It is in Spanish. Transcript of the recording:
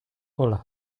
hola